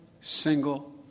single